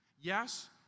Yes